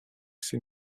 ces